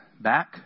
back